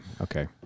Okay